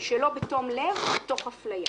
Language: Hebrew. שלא בתום לב, תוך אפליה.